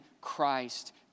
Christ